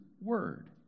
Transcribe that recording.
word